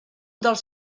dels